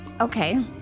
Okay